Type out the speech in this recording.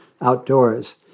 outdoors